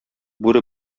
бүре